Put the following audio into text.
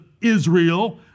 Israel